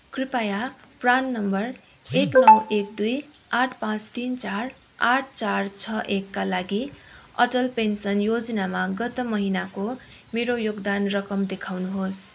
कृपया PRAN number एक नौ एक दुई आठ पाँच तिन चार आठ चार छ एकका लागि अटल पेन्सन योजनामा गत महिनाको मेरो योगदान रकम देखाउनुहोस्